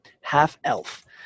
half-elf